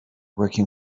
working